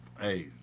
Hey